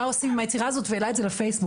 מה עושים עם היצירה הזאת והעלה את זה לפייסבוק,